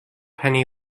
penny